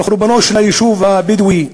על חורבנו של היישוב הבדואי,